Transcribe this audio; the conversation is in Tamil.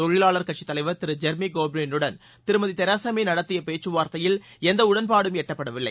தொழிலாளர் கட்சி தலைவர் திரு ஜெர்மி கோர்பின்னுடன் திருமதி தெரசாமே நடத்திய பேச்சுவார்த்தையில் எந்த உடன்பாடும் எட்டப்படவில்லை